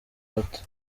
bato